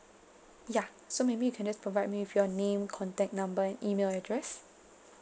ya so maybe you can just provide me with your name contact number and email address